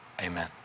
Amen